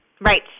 Right